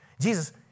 Jesus